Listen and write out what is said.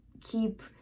keep